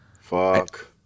Fuck